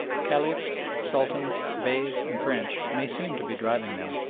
caliphs, sultans, beys, and french may seem to be driving them,